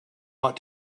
ought